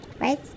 right